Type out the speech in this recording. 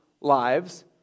lives